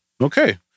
Okay